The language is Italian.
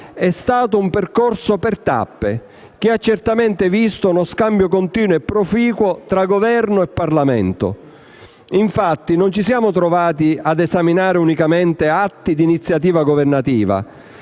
è stato un percorso per tappe, che ha certamente visto lo scambio continuo e proficuo tra Governo e Parlamento. Non ci siamo trovati a esaminare unicamente atti d'iniziativa governativa.